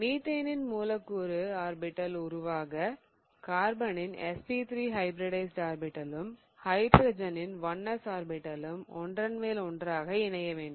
மீத்தேனின் மூலக்கூறு ஆர்பிடல் உருவாக கார்பனின் sp3 ஹைபிரிடைஸிட் ஆர்பிடலும் ஹைட்ரஜனின் 1s ஆர்பிடலும் ஒன்றன் மேல் ஒன்றாக இணைய வேண்டும்